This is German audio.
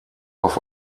auf